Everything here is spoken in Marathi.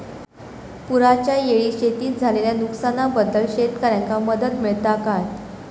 पुराच्यायेळी शेतीत झालेल्या नुकसनाबद्दल शेतकऱ्यांका मदत मिळता काय?